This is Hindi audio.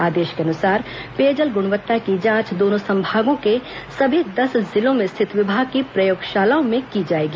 आदेश के अनुसार पेयजल गुणवत्ता की जांच दोनों संभागों के सभी दस जिलां में स्थित विभाग के प्रयोगशालाओं में की जाएगी